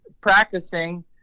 practicing